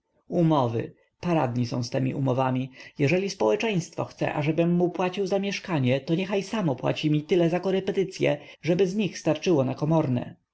umowy paradni są z temi umowami jeżeli społeczeństwo chce ażebym mu płacił za mieszkanie to niechaj samo płaci mi tyle za korepetycye żeby z nich wystarczyło na komorne